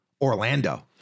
orlando